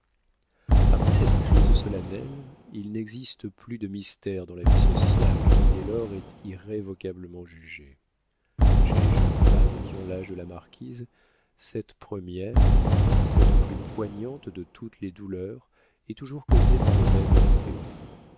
après cette crise solennelle il n'existe plus de mystères dans la vie sociale qui dès lors est irrévocablement jugée chez les jeunes femmes qui ont l'âge de la marquise cette première cette plus poignante de toutes les douleurs est toujours causée par le même fait